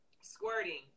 squirting